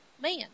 man